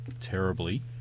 terribly